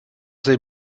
they